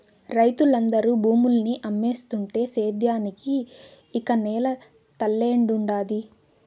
రైతులందరూ భూముల్ని అమ్మేస్తుంటే సేద్యానికి ఇక నేల తల్లేడుండాది